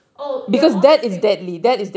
oh they are all the same